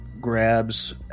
grabs